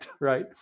right